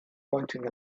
pointing